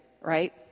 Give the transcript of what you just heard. right